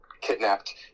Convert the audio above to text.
kidnapped